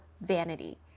vanity